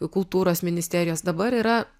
kultūros ministerijos dabar yra